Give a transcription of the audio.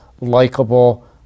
likable